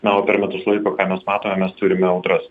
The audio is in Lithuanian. gal per metus laiko ką mes matome mes turime audras